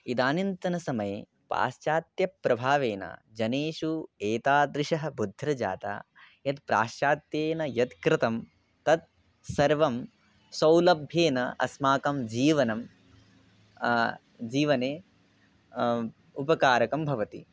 इदानींतन समये पाश्चात्यप्रभावेन जनेषु एतादृशी बुद्धिर्जाता यत् प्राश्चात्येन यद् कृतं तद् सर्वं सौलभ्येन अस्माकं जीवने जीवने उपकारकं भवति